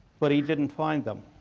but he didn't find them.